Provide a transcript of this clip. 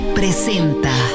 presenta